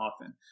often